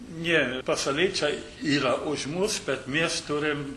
ne pasauliečiai yra už mus bet mes turim